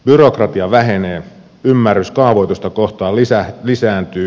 byrokratia vähenee ymmärrys kaavoitusta kohtaan lisääntyy